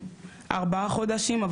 ארבע חודשים,